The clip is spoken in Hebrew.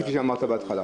כפי שאמרת בהתחלה.